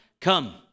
come